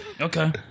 Okay